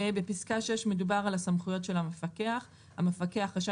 בפסקה (6) מדובר על הסמכויות של המפקח: המפקח רשאי